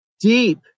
deep